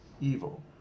evil